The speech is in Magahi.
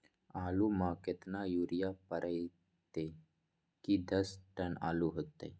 आलु म केतना यूरिया परतई की दस टन आलु होतई?